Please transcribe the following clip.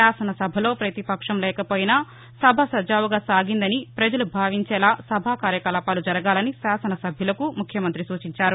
శాసన సభలో పతిపక్షం లేకపోయినా సభ సజావుగా సాగిందని ప్రజలు భావించేలా సభా కార్యకలాపాలు జరగాలని శాసన సభ్యులకు సూచించారు